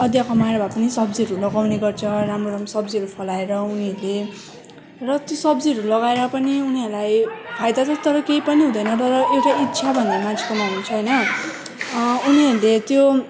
अँदिया कमाएर भए पनि सब्जीहरू लगाउने गर्छ राम्रो राम्रो सब्जीहरू फलाएर उनीहरूले र त्यो सब्जीहरू लगाएर पनि उनीहरलाई फाइदा चाहिँ तर केही पनि हुँदैन तर एउटा इच्छा भन्ने मान्छेकोमा हुन्छ होइन उनीहरूले त्यो